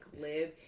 live